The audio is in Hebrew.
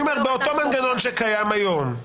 אני אומר באותו מנגנון שקיים היום.